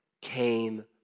came